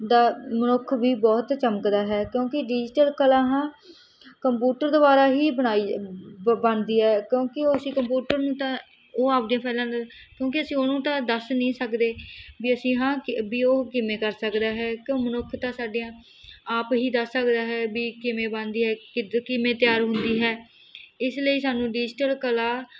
ਦਾ ਮਨੁੱਖ ਵੀ ਬਹੁਤ ਚਮਕਦਾ ਹੈ ਕਿਉਂਕਿ ਡਿਜੀਟਲ ਕਲਾ ਹਾਂ ਕੰਪੂਟਰ ਦੁਆਰਾ ਹੀ ਬਣਾਈ ਬ ਬਣਦੀ ਹੈ ਕਿਉਂਕਿ ਉਹ ਅਸੀਂ ਕੰਪੂਟਰ ਨੂੰ ਤਾਂ ਉਹ ਆਪਦੀਆਂ ਫਾਈਲਾਂ ਦਾ ਕਿਉਂਕਿ ਅਸੀਂ ਉਹਨੂੰ ਤਾਂ ਦੱਸ ਨਹੀਂ ਸਕਦੇ ਵੀ ਅਸੀਂ ਹਾਂ ਕਿ ਵੀ ਉਹ ਕਿਵੇਂ ਕਰ ਸਕਦਾ ਹੈ ਕਿਉਂ ਮਨੁੱਖ ਤਾਂ ਸਾਡੇ ਆ ਆਪ ਹੀ ਦੱਸ ਸਕਦਾ ਹੈ ਵੀ ਕਿਵੇਂ ਬਣਦੀ ਹੈ ਕਿੱਦਾਂ ਕਿਵੇਂ ਤਿਆਰ ਹੁੰਦੀ ਹੈ ਇਸ ਲਈ ਸਾਨੂੰ ਡਿਜੀਟਲ ਕਲਾ